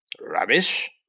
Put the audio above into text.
Rubbish